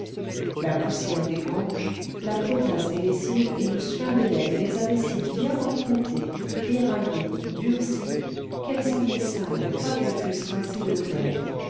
la poussière des granges la potasse des lessives et le suint des laines les avaient si bien encroûtées éraillées durcies qu'elles semblaient sales quoiqu'elles fussent rincées d'eau claire